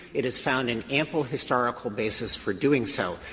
it has found an ample historic ah basis for doing so.